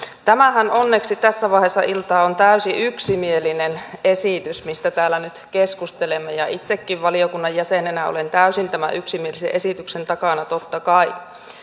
tämähän onneksi tässä vaiheessa iltaa on täysin yksimielinen esitys mistä täällä nyt keskustelemme itsekin valiokunnan jäsenenä olen täysin tämän yksimielisen esityksen takana totta kai